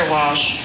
Walsh